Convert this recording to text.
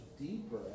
deeper